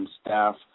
staff